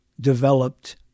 developed